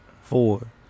four